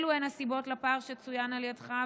אלו הסיבות לפער שצוין על ידך,